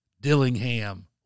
Dillingham